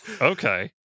Okay